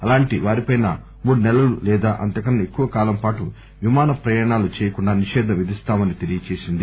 అలాంటి వారిపై మూడు సెలలు లేదా అంతకన్నా ఎక్కువ కాలం పాటు విమాన ప్రయాణాలు చేయకుండా నిషేధం విధిస్తామని తెలియజేసింది